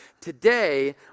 today